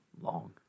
long